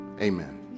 Amen